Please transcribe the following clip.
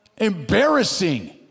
Embarrassing